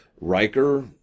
Riker